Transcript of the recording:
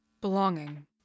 Belonging